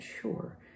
sure